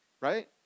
Right